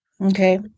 Okay